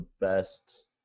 best